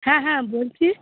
হ্যাঁ হ্যাঁ বলছি